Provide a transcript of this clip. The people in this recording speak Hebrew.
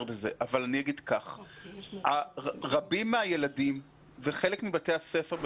בזה אבל אני אומר שרבים מהילדים וחלק מבתי הספר,